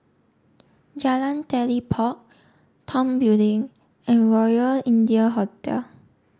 Jalan Telipok Tong Building and Royal India Hotel